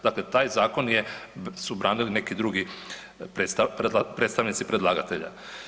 Dakle, taj zakon je, su branili neki drugi predstavnici predlagatelja.